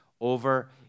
over